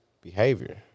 behavior